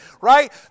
right